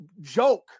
joke